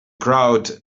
crowd